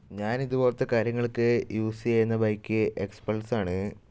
ഞാൻ ഇതുപോലത്തെ കാര്യങ്ങൾക്ക് യൂസ് ചെയ്യുന്ന ബൈക്ക് എക്സ് പ്ലസാണ്